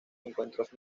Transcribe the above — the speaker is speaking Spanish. encuentros